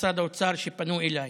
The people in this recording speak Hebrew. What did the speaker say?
משרד האוצר, שפנו אליי,